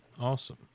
Awesome